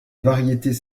variétés